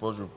господин